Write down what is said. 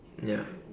ya